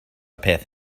peth